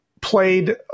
played